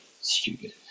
stupid